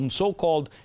so-called